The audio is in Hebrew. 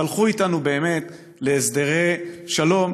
והלכו איתנו באמת להסדרי שלום,